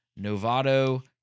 Novato